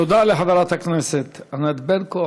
תודה לחברת הכנסת ענת ברקו.